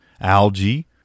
algae